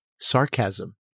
sarcasm